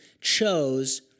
chose